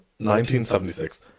1976